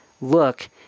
look